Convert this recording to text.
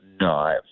No